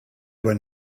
were